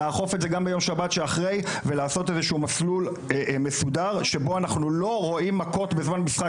לעשות איזה שהוא מסלול מסודר שבו אנחנו לא רואים מכות בזמן משחק.